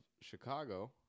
Chicago